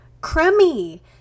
crummy